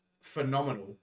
phenomenal